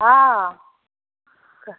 हँ